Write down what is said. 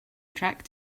track